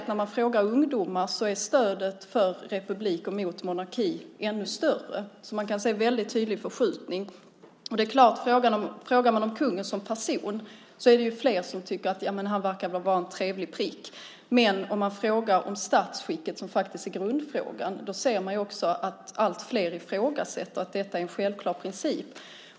När man frågar ungdomar kan man se att stödet för republik, och därmed mot monarki, är ännu större. Det har alltså skett en mycket tydlig förskjutning. Om man frågar om kungen som person är det naturligtvis fler som tycker att han väl verkar vara en trevlig prick. Om man däremot frågar om statsskicket, som ju är grundfrågan, ifrågasätter allt fler det som en självklar princip.